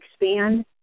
expand